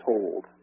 told